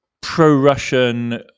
pro-Russian